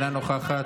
אינה נוכחת,